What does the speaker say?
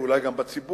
ואולי גם בציבור,